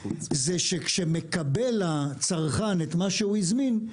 זה שכשמקבל הצרכן את מה שהוא הזמין,